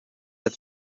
that